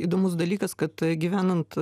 įdomus dalykas kad gyvenant